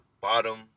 bottom